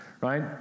right